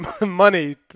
money